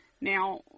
Now